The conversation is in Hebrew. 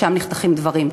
שם נחתכים דברים.